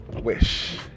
wish